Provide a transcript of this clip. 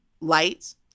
Lights